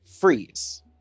freeze